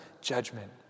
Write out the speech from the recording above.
judgment